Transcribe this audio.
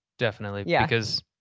definitely. yeah because,